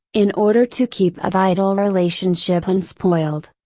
in order to keep a vital relationship unspoiled.